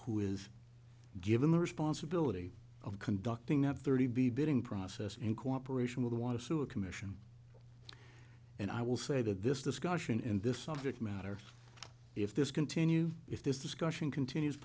who is given the responsibility of conducting that thirty be bidding process in cooperation with want to sue a commission and i will say that this discussion in this subject matter if this continue if this discussion continues